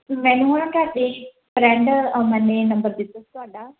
ਮੈਨੂੰ ਨਾ ਤੁਹਾਡੀ ਫਰੈਂਡ ਅਮਨ ਨੇ ਨੰਬਰ ਦਿੱਤਾ ਤੁਹਾਡਾ